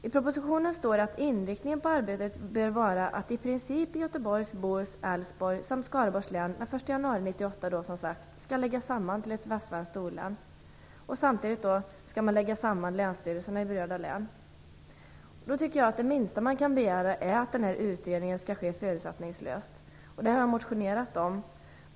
I propositionen står det att inriktningen på arbetet bör vara att i princip Göteborgs och Bohus län, Älvsborgs län och Skaraborgs län den 1 januari 1998 läggs samman till ett västsvenskt län samtidigt som länsstyrelserna i de berörda länen förs samman. Det minsta man kan begära är att utredningsarbetet skall ske förutsättningslöst, och detta har jag motionerat om.